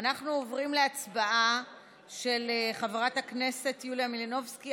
אנחנו עוברים להצעה של חברת הכנסת יוליה מלינובסקי,